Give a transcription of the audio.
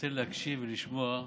מנסה להקשיב ולשמוע,